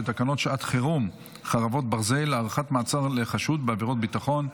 תקנות שעת חירום (חרבות ברזל) (הארכת מעצר לחשוד בעבירת ביטחון)